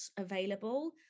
available